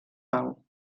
pau